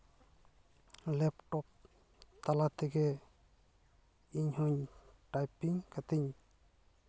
laptop ᱛᱟᱞᱟ ᱛᱮᱜᱮ ᱤᱧ ᱦᱚᱸᱧ ᱴᱟᱭᱯᱤᱝ ᱠᱟᱛᱤᱧ